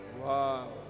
Wow